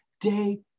day